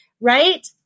right